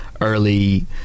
early